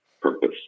purpose